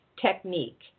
technique